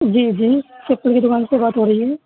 جی جی چپل کی دکان سے بات ہو رہی ہے